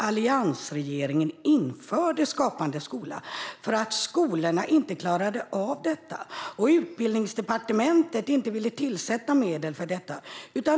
Alliansregeringen införde Skapande skola för att skolorna inte klarade av detta och för att Utbildningsdepartementet inte ville tillsätta medel för det.